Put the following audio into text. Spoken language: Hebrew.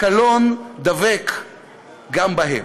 הקלון דבק גם בהם.